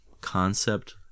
concept